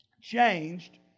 changed